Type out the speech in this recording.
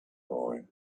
boy